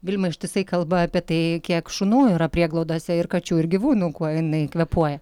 vilma ištisai kalba apie tai kiek šunų yra prieglaudose ir kačių ir gyvūnų kuo jinai kvėpuoja